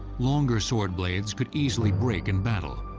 longer sword blades could easily break in battle.